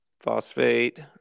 phosphate